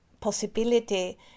possibility